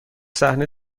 صحنه